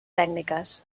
tècniques